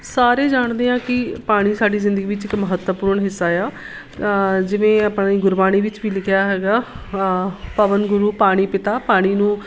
ਸਾਰੇ ਜਾਣਦੇ ਹਾਂ ਕਿ ਪਾਣੀ ਸਾਡੀ ਜ਼ਿੰਦਗੀ ਵਿੱਚ ਇੱਕ ਮਹੱਤਵਪੂਰਨ ਹਿੱਸਾ ਹੈ ਆ ਜਿਵੇਂ ਆਪਾਂ ਗੁਰਬਾਣੀ ਵਿੱਚ ਵੀ ਲਿਖਿਆ ਹੈਗਾ ਪਵਨ ਗੁਰੂ ਪਾਣੀ ਪਿਤਾ ਪਾਣੀ ਨੂੰ